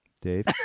dave